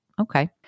Okay